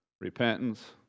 Repentance